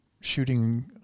shooting